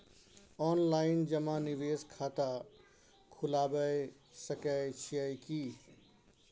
Online जमा निवेश खाता खुलाबय सकै छियै की?